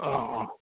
অ অ